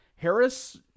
Harris